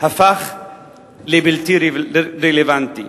הפך לבלתי רלוונטי.